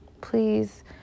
please